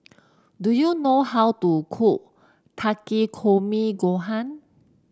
do you know how to cook Takikomi Gohan